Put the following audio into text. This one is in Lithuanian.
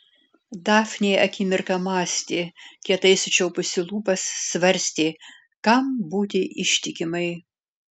dafnė akimirką mąstė kietai sučiaupusi lūpas svarstė kam būti ištikimai